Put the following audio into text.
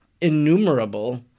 innumerable